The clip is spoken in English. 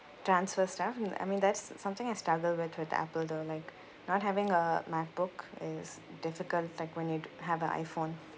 transfer stuff like I mean that's something I struggled with with the apple though like not having a macbook is difficult like when you'd have a iphone